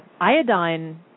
iodine